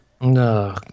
No